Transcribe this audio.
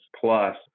plus